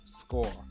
score